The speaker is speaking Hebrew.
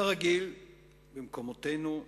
כרגיל במקומותינו,